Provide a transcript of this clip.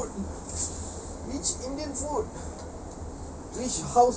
I want to eat indian food which indian food